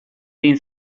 egin